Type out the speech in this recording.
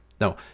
No